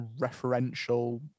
referential